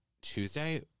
Tuesday